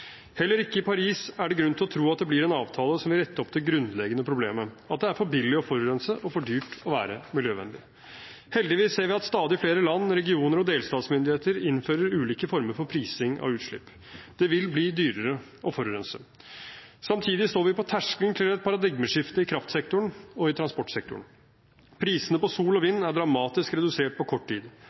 Heller ikke i Paris er det grunn til å tro at det blir en avtale som vil rette opp det grunnleggende problemet: at det er for billig å forurense og for dyrt å være miljøvennlig. Heldigvis ser vi at stadig flere land, regioner og delstatsmyndigheter innfører ulike former for prising av utslipp. Det vil bli dyrere å forurense. Samtidig står vi på terskelen til et paradigmeskifte i kraftsektoren og i transportsektoren. Prisene på sol og vind er dramatisk redusert på kort tid.